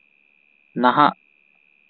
ᱱᱟᱦᱟᱜ